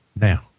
now